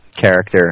character